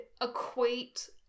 equate